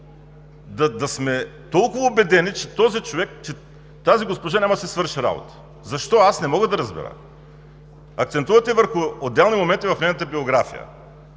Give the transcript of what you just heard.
да сме толкова убедени, че този човек, че тази госпожа няма да си свърши работата. Защо, аз не мога да разбера. Акцентувате върху отделни моменти в нейната биография,